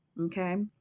Okay